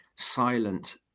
silent